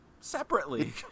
separately